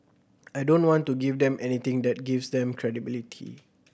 I don't want to give them anything that gives them credibility